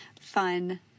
fun